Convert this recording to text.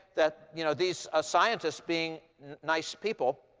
that you know these ah scientists, being nice people